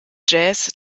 jazz